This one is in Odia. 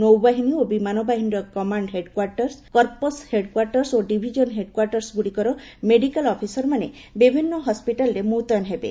ନୌବାହିନୀ ଓ ବିମାନ ବାହିନୀର କମାଣ୍ଡ ହେଡ୍କ୍ୱାର୍ଟର୍ କର୍ପସ୍ ହେଡ୍କ୍ୱାର୍ଟର୍ ଓ ଡିଭିଜନ୍ ହେଡ୍କ୍ୱାର୍ଟର୍ ଗୁଡ଼ିକର ମେଡିକାଲ ଅଫିସରମାନେ ବିଭିନ୍ନ ହସ୍କିଟାଲ୍ରେ ମୁତୟନ ହେବେ